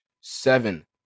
seven